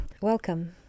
Welcome